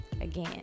Again